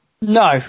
No